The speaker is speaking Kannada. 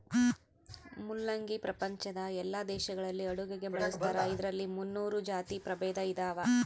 ಮುಲ್ಲಂಗಿ ಪ್ರಪಂಚದ ಎಲ್ಲಾ ದೇಶಗಳಲ್ಲಿ ಅಡುಗೆಗೆ ಬಳಸ್ತಾರ ಇದರಲ್ಲಿ ಮುನ್ನೂರು ಜಾತಿ ಪ್ರಭೇದ ಇದಾವ